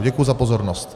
Děkuji za pozornost.